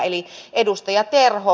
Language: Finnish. eli edustaja terho